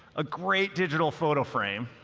a great digital photo frame,